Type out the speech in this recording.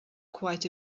quite